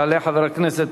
יעלה חבר הכנסת